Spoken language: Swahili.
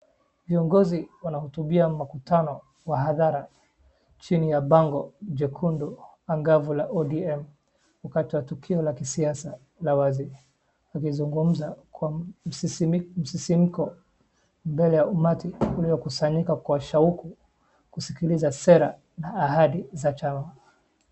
Viongozi wanahutubia makutano wa hadhara, chini ya bango jekundu, angavu la ODM, wakati wa tukio la kisiasa la wazi. Wakizungumza kwa msisimko mbele ya umati uliokusanyika kwa shauku, kusikiliza sera na ahadi za chama.